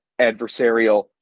adversarial